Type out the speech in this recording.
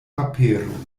papero